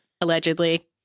Allegedly